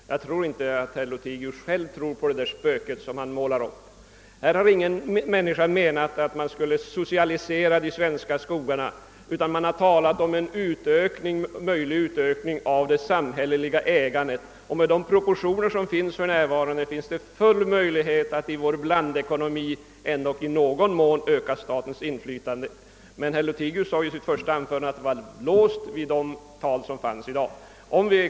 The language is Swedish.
Lothigius tror nog inte själv på det spöket. Ingen människa har menat att man helt skulle socialisera de svenska skogarna, utan det har talats om en möjlig utökning av det samhälleliga ägandet. Med de proportioner som gäller finns det full möjlighet att i vår blandekonomi i någon mån öka statens ininflytande på detta område. Lothigius sade emellertid i sitt första anförande att de proportioner mellan statligt och enskilt ägande som gäller i dag är låsta.